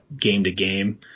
game-to-game